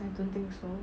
I don't think so